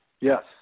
Yes